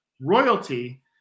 royalty